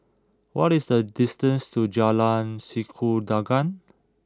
what is the distance to Jalan Sikudangan